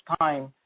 time